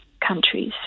countries